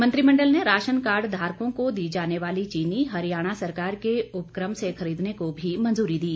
मंत्रिमण्डल ने ration card धारकों को दी जाने वाली चीनी हरियाणा सरकार के उपकम से खरीदने को भी मंजूरी दी